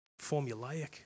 formulaic